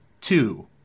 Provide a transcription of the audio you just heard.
two